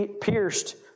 pierced